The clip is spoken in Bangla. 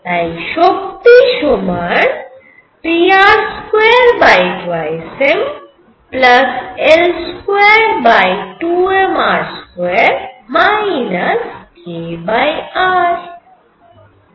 তাই শক্তি সমান pr22mL22mr2 kr